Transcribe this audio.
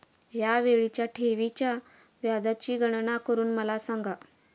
या वेळीच्या ठेवीच्या व्याजाची गणना करून मला सांगा